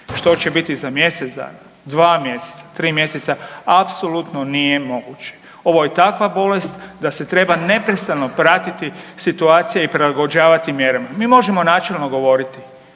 što će biti za mjesec dana, 2 mjeseca, 3 mjeseca, apsolutno nije moguće. Ovo je takva bolest da se treba neprestano pratiti situacija i prilagođavati mjerama. Mi možemo načelno govoriti,